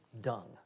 dung